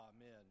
Amen